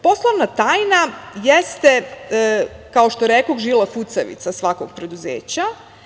Poslovna tajna jeste, kao što rekoh, žila kucavica svakog preduzeća.